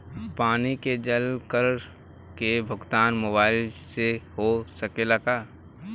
पानी के जल कर के भुगतान मोबाइल से हो सकेला का?